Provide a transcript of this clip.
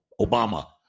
Obama